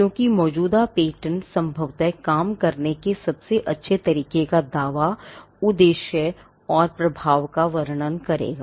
क्योंकि मौजूदा पेटेंट संभवतः काम करने के सबसे अच्छे तरीक़े का दावा उद्देश्य और प्रभाव का वर्णन करेगा